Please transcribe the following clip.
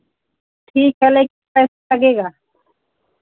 ठीक है लेकिन पैसा लगेगा